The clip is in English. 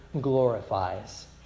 glorifies